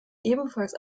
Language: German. ebenfalls